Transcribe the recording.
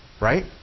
Right